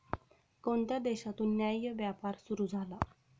कोणत्या देशातून न्याय्य व्यापार सुरू झाला?